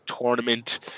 tournament